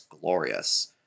glorious